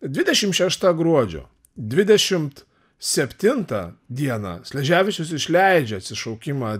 dvideši šešta gruodžio dvidešimt septintą dieną sleževičius išleidžia atsišaukimą